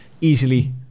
easily